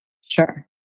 Sure